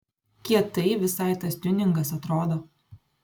kietai visai tas tiuningas atrodo